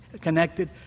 connected